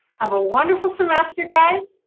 have a wonderful semester, guys,